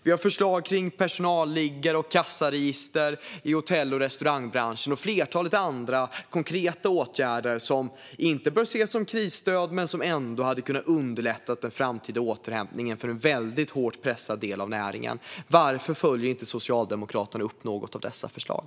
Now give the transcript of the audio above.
Vi har förslag kring personalliggare och kassaregister i hotell och restaurangbranschen och ett flertal andra konkreta åtgärder som inte bör ses som krisstöd men som ändå skulle kunna underlätta den framtida återhämtningen för en väldigt hårt pressad del av näringen. Varför följer inte Socialdemokraterna upp något av dessa förslag?